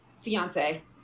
fiance